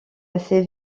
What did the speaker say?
assez